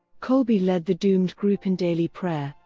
kolbe led the doomed group in daily prayer,